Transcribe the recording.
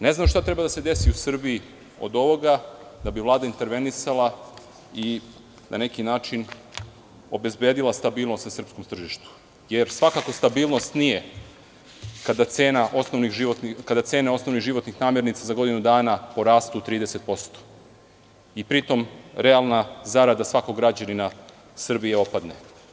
Ne znam šta treba da se desi u Srbiji od ovoga da bi Vlada intervenisala i na neki način obezbedila stabilnost na srpskom tržištu, jer svakako stabilnost nije kada cene osnovnih životnih namirnica za godinu dana porastu 30% i pri tom realna zarada svakog građanina Srbije opadne.